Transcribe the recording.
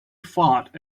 fought